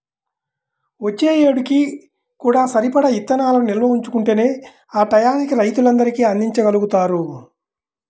వచ్చే ఏడుకి కూడా సరిపడా ఇత్తనాలను నిల్వ ఉంచుకుంటేనే ఆ టైయ్యానికి రైతులందరికీ అందిచ్చగలుగుతారు